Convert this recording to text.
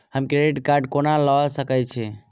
हम credit card कोना लऽ सकै छी?